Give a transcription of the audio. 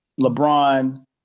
LeBron